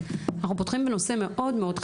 אני מבקשת לפתוח את הדיון בנושא מאוד חשוב,